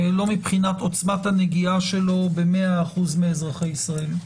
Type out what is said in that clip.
לא מבחינת עצמת הנגיעה שלו ב-100% מזרחי ישראל.